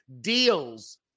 deals